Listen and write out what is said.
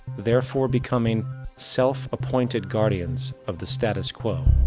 therefore becoming self-appointed guardians of the status quo.